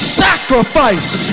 sacrifice